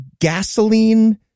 gasoline